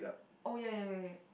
oh ya ya ya ya